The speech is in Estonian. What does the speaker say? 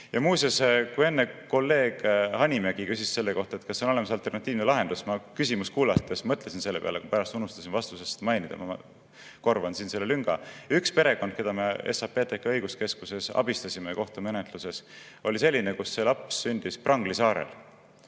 Muuseas, enne kolleeg Hanimägi küsis selle kohta, kas on olemas alternatiivne lahendus. Ma küsimust kuulates mõtlesin selle peale, pärast unustasin vastuses mainida, korvan siin selle lünga. Ühe perekonna, keda me SAPTK õiguskeskuses abistasime kohtumenetluses, laps sündis Prangli saarel.